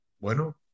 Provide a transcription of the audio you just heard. Bueno